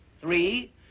Three